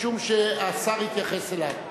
משום שהשר התייחס אליו,